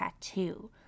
tattoo